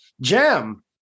jam